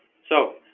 so